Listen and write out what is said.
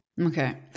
Okay